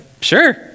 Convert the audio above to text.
Sure